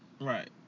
Right